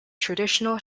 traditional